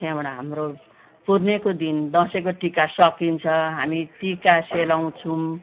त्यहाँबाट हाम्रो पुर्णेको दिन दसैँको टिका सकिन्छ हामी टिका सेलाउँछौँ